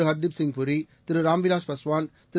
Hardeep Singh Puri Thiru Ram Vilas Paswan Thiru